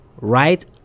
right